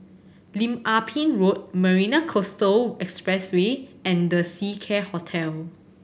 Lim Ah Pin Road Marina Coastal Expressway and The Seacare Hotel